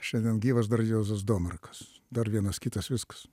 šiandien gyvas dar juozas domarkas dar vienas kitas viskas